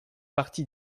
partie